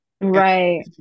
Right